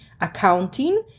accounting